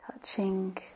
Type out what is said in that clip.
Touching